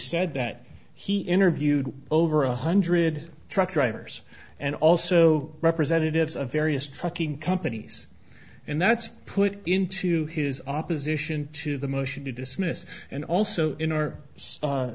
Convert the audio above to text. said that he interviewed over a hundred truck drivers and also representatives of various trucking companies and that's put into his opposition to the motion to dismiss and also in our